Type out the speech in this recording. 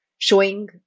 showing